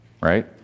Right